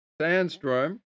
Sandstorm